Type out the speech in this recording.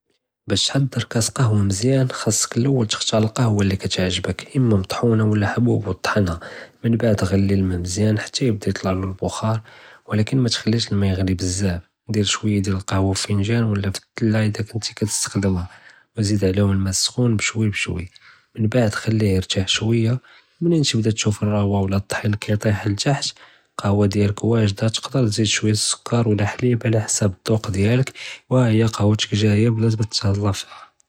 בּאש תְחַדְ'ר כָּאס קַהְוָה מְזִיַאן חָאסכּ לִלוּול תְכְּתָאר לִי כּתְעְזבְּכּ אִימָא מטְחוּנָה אוּ חְבוּבּ וּתְטחְנְהָא، מִמבַּעְד גְ'לִי אלמָא מְזִיַאן חְתָא יִבְדָא יִטְלַע מִנוּ אלבְּחָ'אר וּלכּן מַתְכְּלִיש אלמָא יִגְ'לִי בּזזאף، דִיר שְׁוִיָה דִיאַל אלקַּהְוָה פִּלְפִנגָ'אן וּלָא פַאלְדִּלַא אִילָא כּוּנְתִי כּתְסְתַעְמֶלהָא، זִיד עלֵיהוּם אלמָא סְחוּן בּשְׁוִיָה בּשְׁוִיָה، מִמבַּעְד חְלִיה יִרְתַאח שְׁוִיָה מִנִין תְבְּדָא תְשוּף פִּאלרְעָ'וָה וּלָא אלטְּחִין כּיַטִיח לִתַּחְתּ, אלקַּהְוָה דִיאַלכּ וָאגְ'דָה, תְקְדֶר תְזִיד שְׁוִיָה סְּכָּּאר וּלָא חְלִיבּ עלא חְסַאבּ אֶלדּוּקּ דִיאַלכּ וְהָא הִי קַהְוְתּכּ גָ'איָה.